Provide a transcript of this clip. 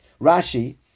Rashi